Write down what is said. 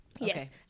Yes